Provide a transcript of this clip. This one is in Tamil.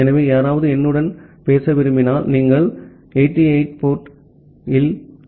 ஆகவே யாராவது என்னுடன் பேச விரும்பினால் நீங்கள் 8080 போர்ட்ல் தரவை அனுப்பலாம்